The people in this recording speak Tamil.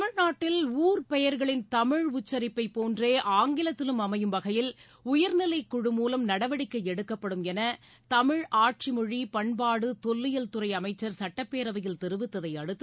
தமிழ்நாட்டில் ஊர் பெயர்களின் தமிழ் உச்சரிப்பை போன்றே ஆங்கிலத்திலும் அமையும் வகையில் உயர்நிலைக்குழ மூலம் நடவடிக்கை எடுக்கப்படும் என தமிழ் ஆட்சிமொழி பண்பாடு தொல்லியல்துறை அமைச்சர் சட்டப்பேரவையில் தெரிவித்ததை அடுத்து